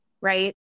Right